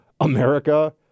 America